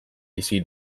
bizi